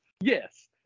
Yes